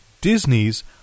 Disney's